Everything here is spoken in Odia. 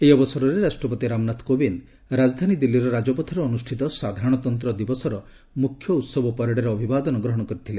ଏହି ଅବସରରେ ରାଷ୍ଟ୍ରପତି ରାମନାଥ କୋବିନ୍ଦ ରାଜଧାନୀ ଦିଲ୍ଲୀର ରାଜପଥରେ ଅନୁଷ୍ଠିତ ସାଧାରଣତନ୍ତ୍ର ଦିବସର ମୁଖ୍ୟ ଉହବ ପ୍ୟାରେଡ୍ର ଅଭିବାଦନ ଗ୍ରହଣ କରିଥିଲେ